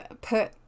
put